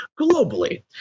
globally